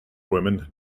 woman